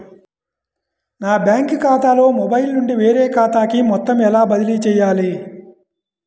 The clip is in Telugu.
నా బ్యాంక్ ఖాతాలో మొబైల్ నుండి వేరే ఖాతాకి మొత్తం ఎలా బదిలీ చేయాలి?